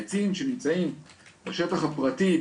העצים שנמצאים בשטח הפרטי,